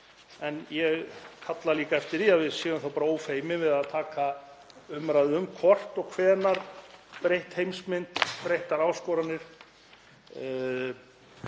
en ég kalla líka eftir því að við séum ófeimin við að taka umræðu um hvort og hvenær breytt heimsmynd og breyttar áskoranir